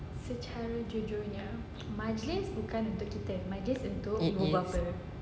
it is